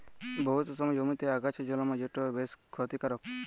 বহুত সময় জমিতে আগাছা জল্মায় যেট বেশ খ্যতিকারক